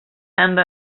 amb